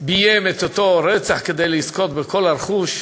ביים את אותו רצח כדי לזכות בכל הרכוש.